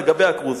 לגבי הכרוז